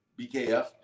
BKF